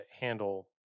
handle